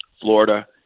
Florida